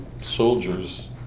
soldiers